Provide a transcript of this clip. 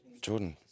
Jordan